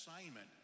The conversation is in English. assignment